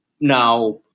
Now